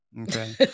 Okay